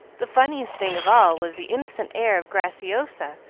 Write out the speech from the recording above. the funniest thing of all was the innocent air of graciosa,